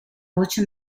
voce